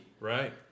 Right